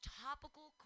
topical